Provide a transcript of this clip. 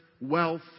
wealth